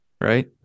Right